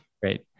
Great